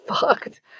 fucked